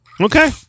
okay